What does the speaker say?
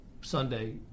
Sunday